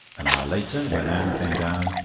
an hour later, when anne came down,